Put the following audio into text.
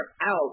out